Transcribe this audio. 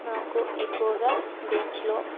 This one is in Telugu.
నాకు ఎక్కువగా బీచ్లో